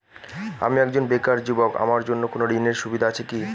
আমি একজন বেকার যুবক আমার জন্য কোন ঋণের সুবিধা আছে কি?